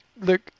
look